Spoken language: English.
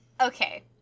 Okay